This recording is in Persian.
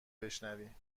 بشنوی